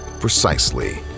Precisely